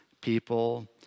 people